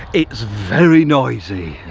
it's very noisy.